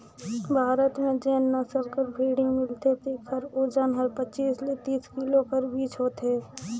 भारत में जेन नसल कर भेंड़ी मिलथे तेकर ओजन हर पचीस ले तीस किलो कर बीच होथे